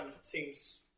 seems